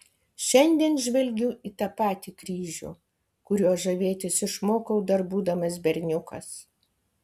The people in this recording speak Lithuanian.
šiandien žvelgiu į tą patį kryžių kuriuo žavėtis išmokau dar būdamas berniukas